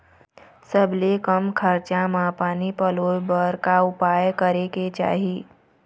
सबले कम खरचा मा पानी पलोए बर का उपाय करेक चाही?